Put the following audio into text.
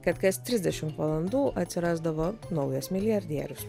kad kas trisdešimt valandų atsirasdavo naujas milijardierius